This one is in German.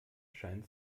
scheinen